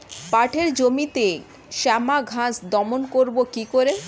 পাটের জমিতে শ্যামা ঘাস দমন করবো কি করে?